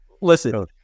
listen